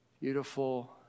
beautiful